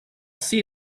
see